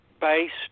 based